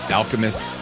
alchemist